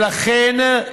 לכן,